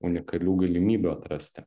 unikalių galimybių atrasti